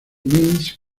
minsk